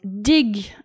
dig